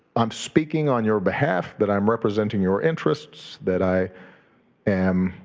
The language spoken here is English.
i'm speaking on your behalf, that i'm representing your interests, that i am